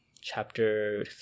chapter